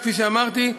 כפי שאמרתי,